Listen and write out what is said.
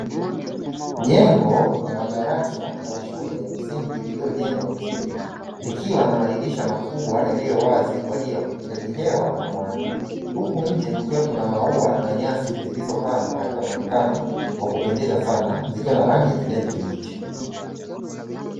Jengo la madarasa la shule ya msingi lililojengwa vizuri, likiwa na madirisha makubwa yaliyo wazi kwa ajili ya upitishaji hewa na mwanga, huku nje kukiwa kuna maua na nyasi zilizopandwa katika muonekano wa kupendeza sana, zikiwa na rangi ya kijani kibichi.